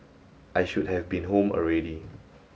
I should have been home already